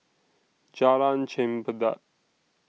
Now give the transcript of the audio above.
Jalan Chempedak